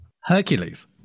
Hercules